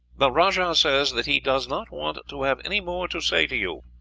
the rajah says that he does not want to have any more to say to you.